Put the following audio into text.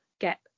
get